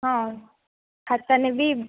ହଁ ଖାତା ନେବି